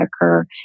occur